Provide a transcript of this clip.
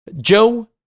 Joe